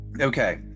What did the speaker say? Okay